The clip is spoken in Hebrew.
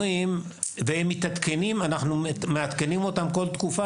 אנחנו מעדכנים בהן שינויים מידי תקופה,